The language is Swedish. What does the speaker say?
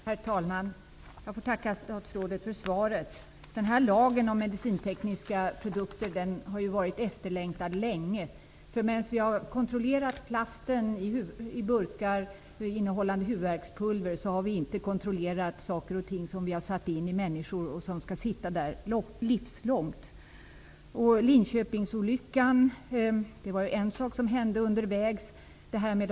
Herr talman! Jag tackar statsrådet för svaret. Den här lagen om medicintekniska produkter har ju varit efterlängtad länge. Vi har kontrollerat plasten i burkar innehållande huvudvärkspulver, men vi har inte kontrollerat sådant som har satts in i människor och som skall sitta där hela livet. Linköpingsolyckan var en sak som hände under tiden.